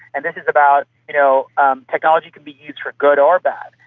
and this is about you know um technology can be used for good or bad,